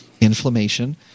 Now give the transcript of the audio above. inflammation